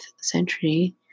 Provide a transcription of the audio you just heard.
century